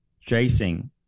chasing